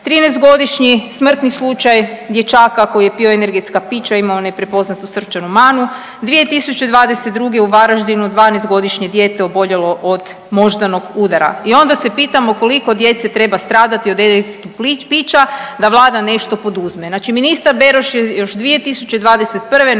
13-godišnji smrtni slučaj dječaka koji je pio energetska pića, imao je neprepoznatu srčanu manu. 2022. u Varaždinu 12-godišnje dijete oboljelo od moždanog udara. I onda se pitamo koliko djece treba stradati od energetskih pića da Vlada nešto poduzme. Znači ministar Beroš je još 2021.